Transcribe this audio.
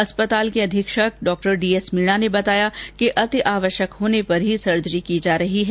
अस्पताल के अधीक्षक डॉ डीएस मीणा ने बताया कि अतिआवश्यक होने पर ही सर्जरी की जा रही है